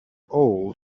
old